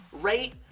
rate